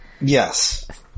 Yes